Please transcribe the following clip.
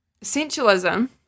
Essentialism